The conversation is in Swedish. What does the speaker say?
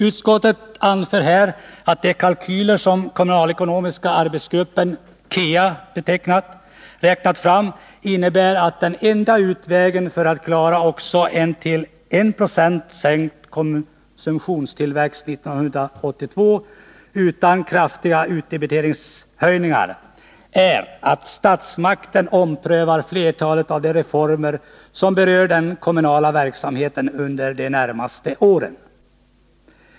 Utskottet anser här att de kalkyler som kommunalekonomiska arbetsgruppen räknat fram innebär, att den enda utvägen för att utan kraftiga utdebiteringshöjningar klara också en till 1 20 sänkt konsumtionstillväxt 1982 är att statmakten omprövar flertalet av de reformer som berör den kommunala verksamheten under de närmaste åren.